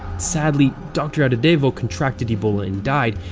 sadly, dr. adadevoh contracted ebola and died,